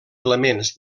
elements